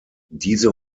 diese